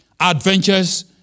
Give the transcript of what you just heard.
Adventures